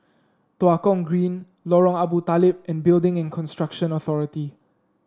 Tua Kong Green Lorong Abu Talib and Building and Construction Authority